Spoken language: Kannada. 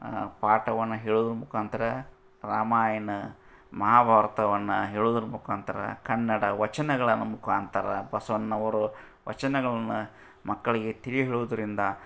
ಪಾಠವನ್ನ ಹೇಳೋದು ಮುಖಾಂತರ ರಾಮಾಯಣ ಮಹಾಭಾರತವನ್ನು ಹೇಳುದ್ರ ಮುಖಾಂತ್ರ ಕನ್ನಡ ವಚನಗಳನ್ನು ಮುಖಾಂತರ ಬಸವಣ್ಣವರು ವಚನಗಳನ್ನ ಮಕ್ಕಳಿಗೆ ತಿಳಿ ಹೇಳೋದರಿಂದ